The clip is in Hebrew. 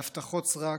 להבטחות סרק,